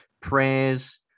prayers